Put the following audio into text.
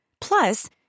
Plus